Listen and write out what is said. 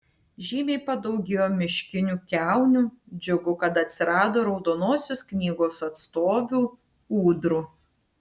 žymiai padaugėjo miškinių kiaunių džiugu kad atsirado raudonosios knygos atstovių ūdrų